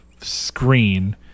screen